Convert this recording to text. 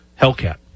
Hellcat